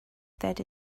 that